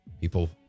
People